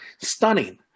stunning